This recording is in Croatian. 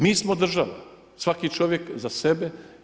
Mi smo država, svaki čovjek za sebe.